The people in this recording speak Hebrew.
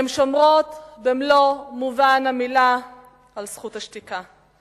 הן שומרות במלוא מובן המלה על זכות השתיקה.